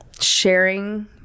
sharing